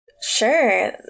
Sure